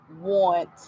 want